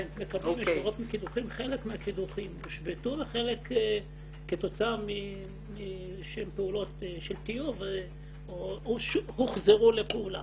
חלק מהקידוחים הושבת כתוצאה מפעולות של טיוב או הוחזרו לפעולה.